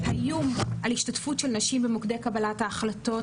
האיום על השתתפות של נשים במוקדי קבלת ההחלטות,